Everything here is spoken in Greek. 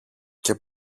και